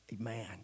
Amen